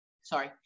sorry